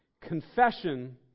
Confession